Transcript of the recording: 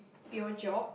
pure geog